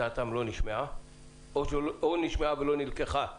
דעתם לא נשמעה או נשמעה ולא נלקחה בחשבון.